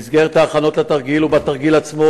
במסגרת ההכנות לתרגיל ובתרגיל עצמו